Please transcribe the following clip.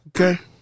Okay